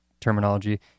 terminology